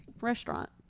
restaurant